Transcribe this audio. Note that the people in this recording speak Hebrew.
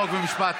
חוק ומשפט.